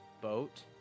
boat